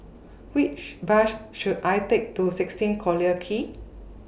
Which Bus should I Take to sixteen Collyer Quay